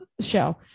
show